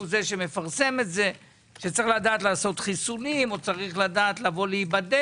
זה שמפרסם את זה שצריך לדעת לעשות חיסונים או לבוא להיבדק,